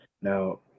Now